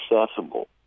accessible